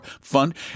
fund